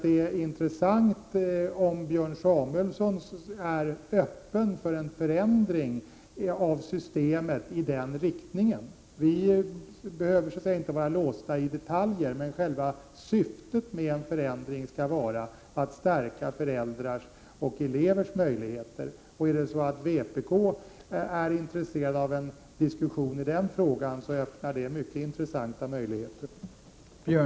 Det är intressant om Björn Samuelson är öppen för en förändring av systemet i denna riktning. Vi behöver inte vara låsta i detaljer, men själva syftet med en förändring skall vara att stärka föräldrars och elevers möjligheter. Om vpk är intresserad av en diskussion i den frågan öppnar det mycket intressanta möjligheter.